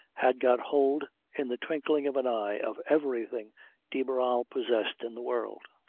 had got hold in the twinkling of an eye of everything de barral possessed in the world,